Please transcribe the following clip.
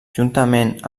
juntament